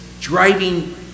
driving